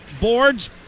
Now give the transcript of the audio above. boards